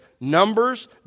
Numbers